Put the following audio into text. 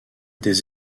des